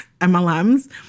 MLMs